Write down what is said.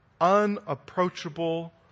unapproachable